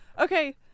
Okay